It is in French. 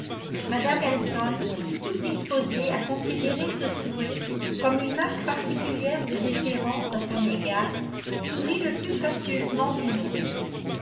mme elton toute disposée à considérer ce souhait comme une marque particulière de déférence à son égard sourit le plus gracieusement du monde